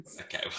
Okay